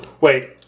Wait